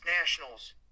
nationals